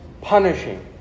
punishing